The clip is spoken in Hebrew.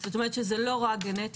זאת אומרת שזה לא רק גנטי.